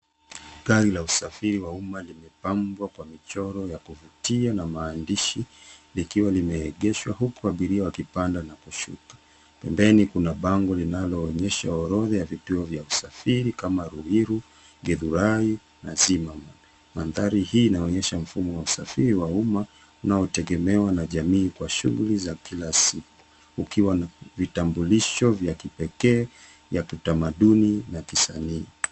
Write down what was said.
Gari la usafiri wa umma limepambwa kwa michoro ya kuvutia na maandishi, likiwa limeegeshwa huku abiria wakipanda na kushuka. Pembeni kuna bango linaoonyesha orodha ya vituo vya usafiri kama Ruiru, Githurai na Zimmerman. Mandhari hii inaonyesha mfumo wa usafiri wa umma unaotegemewa na jamii kwa shughuli za kila siku, ukiwa na vitambulisho vya kipekee vya kitamaduni na kisanii.